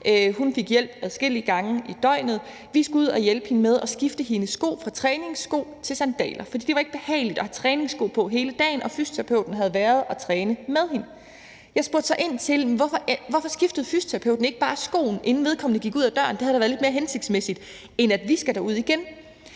Hun fik hjælp adskillige gange i døgnet. Vi skulle ud og hjælpe hende med at skifte hendes sko fra træningssko til sandaler, for det var ikke behageligt at have træningssko på hele dagen, og fysioterapeuten havde været der og træne med hende. Jeg spurgte så ind til, hvorfor fysioterapeuten ikke bare skiftede skoen, inden vedkommende gik ud ad døren, for det havde da været lidt mere hensigtsmæssigt, end at vi skulle derud igen.